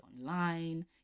online